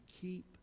keep